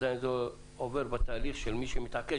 זה עדיין עובר בתהליך של מי שמתעקש